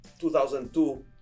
2002